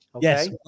Yes